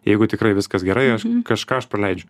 jeigu tikrai viskas gerai aš kažką aš praleidžiu